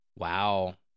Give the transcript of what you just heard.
Wow